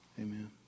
Amen